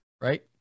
right